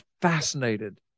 fascinated